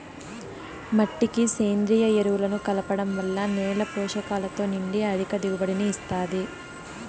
మట్టికి సేంద్రీయ ఎరువులను కలపడం వల్ల నేల పోషకాలతో నిండి అధిక దిగుబడిని ఇస్తాది